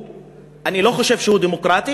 אני לא חושב שהוא דמוקרטי.